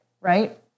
right